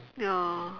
ya